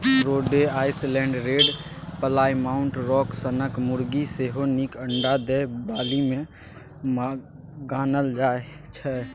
रोडे Island Red, Plymouth Rock सनक मुरगी सेहो नीक अंडा दय बालीमे गानल जाइ छै